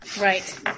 Right